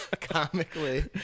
Comically